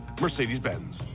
Mercedes-Benz